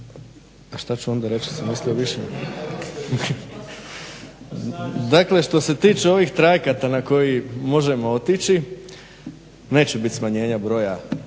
onda ću u sljedećem uvodnom izlaganju. Dakle što se tiče ovih trajakata na koje možemo otići, neće biti smanjenja broja